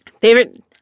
Favorite